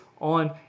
on